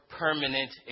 permanent